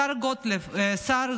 השר